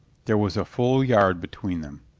there was a full yard between them.